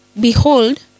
Behold